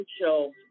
show